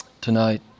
tonight